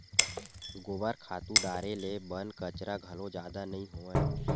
गोबर खातू डारे ले बन कचरा घलो जादा नइ होवय